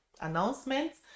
announcements